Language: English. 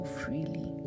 freely